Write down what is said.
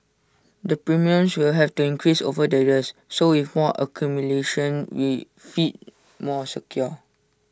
the premiums will have to increase over the years so with more accumulation we feel more secure